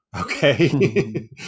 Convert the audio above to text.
Okay